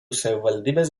savivaldybės